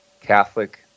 Catholic